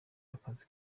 akazi